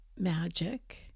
magic